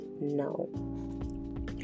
no